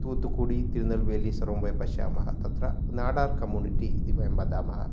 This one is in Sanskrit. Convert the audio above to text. तूतुकुडि किरुनल्वेलि सर्वं वयं पश्यामः तत्र नाडार् कमुनिटि इति वयं वदामः